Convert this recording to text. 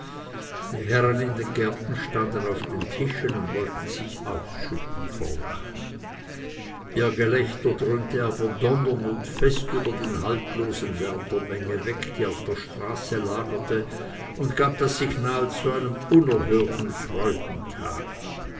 die herren in den gärten standen auf den tischen und wollten sich ausschütten vor lachen ihr gelächter dröhnte aber donnernd und fest über den haltlosen lärm der menge weg die auf der straße lagerte und gab das signal zu einem unerhörten freudentage